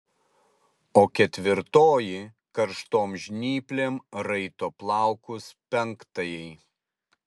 o ketvirtoji karštom žnyplėm raito plaukus penktajai